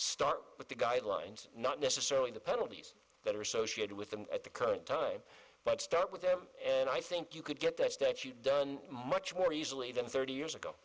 start with the guidelines not necessarily the penalties that are associated with them at the current time but start with them and i think you could get that done much more easily than thirty years ago